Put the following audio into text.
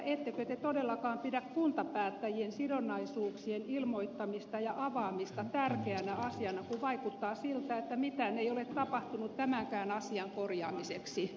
ettekö te todellakaan pidä kuntapäättäjien sidonnaisuuksien ilmoittamista ja avaamista tärkeänä asiana kun vaikuttaa siltä että mitään ei ole tapahtunut tämänkään asian korjaamiseksi